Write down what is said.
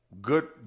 good